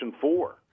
Four